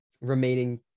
remaining